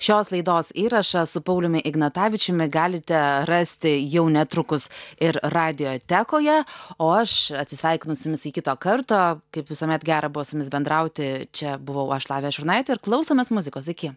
šios laidos įrašą su pauliumi ignatavičiumi galite rasti jau netrukus ir radiotekoje o aš atsisveikinu su jumis i kito karto kaip visuomet gera buvo su jumis bendrauti čia buvau aš lavija šurnaitė ir klausomės muzikos iki